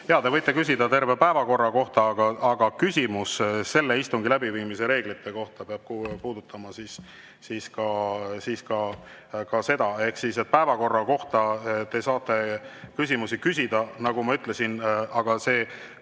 Jaa, te võite küsida terve päevakorra kohta, aga küsimus selle istungi läbiviimise reeglite kohta peab puudutama [tänast istungit]. Päevakorra kohta te saate küsimusi küsida, nagu ma ütlesin, aga